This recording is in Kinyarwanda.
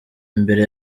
imbere